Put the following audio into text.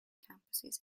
campuses